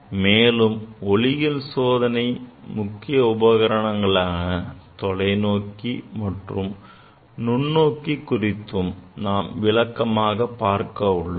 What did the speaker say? மேலும் ஒளியியல் சோதனை முக்கிய உபகரணங்களான தொலைநோக்கி மற்றும் நுண்ணோக்கி குறித்தும் நாம் விளக்கமாகக் பார்க்க உள்ளோம்